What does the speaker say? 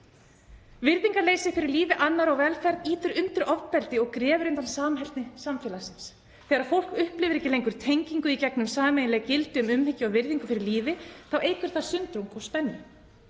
Virðingarleysi fyrir lífi annarra og velferð ýtir undir ofbeldi og grefur undan samheldni samfélagsins. Þegar fólk upplifir ekki lengur tengingu í gegnum sameiginleg gildi um umhyggju og virðingu fyrir lífi þá eykur það sundrung og spennu.